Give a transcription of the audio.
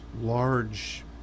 large